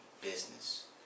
business